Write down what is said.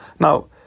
Now